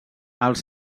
els